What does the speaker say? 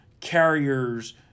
carriers